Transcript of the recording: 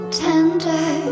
tender